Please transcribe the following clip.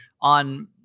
on